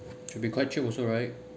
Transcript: should be quite cheap also right